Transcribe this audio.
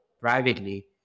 privately